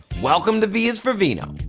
welcome to v is for vino.